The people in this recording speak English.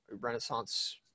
Renaissance